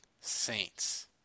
Saints